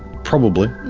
probably.